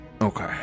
Okay